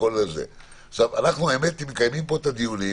אנחנו מקיימים פה את הדיונים,